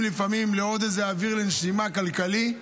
לפעמים לעוד איזה אוויר לנשימה כלכלי,